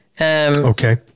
Okay